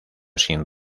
sin